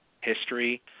history